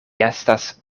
estas